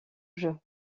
joue